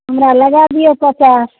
हमरा लगा दिऔ पचास